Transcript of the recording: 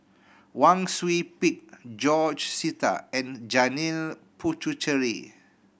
Wang Sui Pick George Sita and Janil Puthucheary